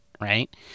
right